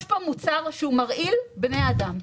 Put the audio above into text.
יש כאן מוצר שהוא מרעיל בני אדם.